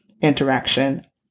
interaction